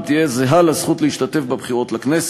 אני יודע שזה איום על העולם כולו,